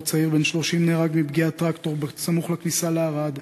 שבו צעיר בן 30 נהרג מפגיעת טרקטור סמוך לכניסה לערד.